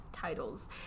Titles